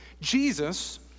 Jesus